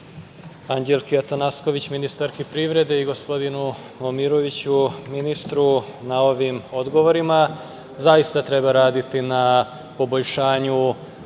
Anđelki Atanasković, ministarki privrede i gospodinu Momiroviću, ministru na ovim odgovorima. Zaista treba raditi na poboljšanju